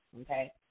okay